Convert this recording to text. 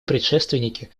предшественники